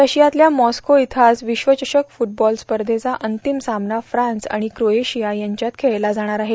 रशियातल्या Moscow इथं आज विश्वचषक फ्रटबॉल स्पर्धेचा अंतिम सामना फ्रान्स आणि क्रोएशिया यांच्यात खेळला जाणार आहे